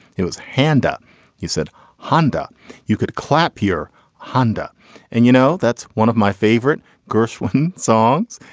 it was handa you said honda you could clap here honda and you know that's one of my favorite gershwin songs.